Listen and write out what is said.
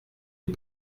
est